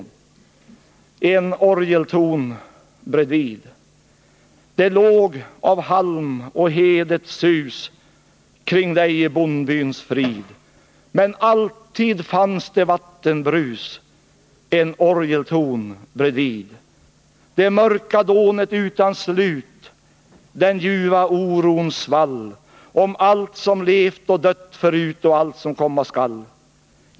Dikten heter En orgelton bredvid. Den lyder: ”Det låg av halm och hed ett sus kring dig i bondbyns frid, men alltid fanns det vattubrus, en orgelton bredvid! Det mörka dånet utan slut, den ljuva orons svall om allt som levt och dött förut och allt som komma skall.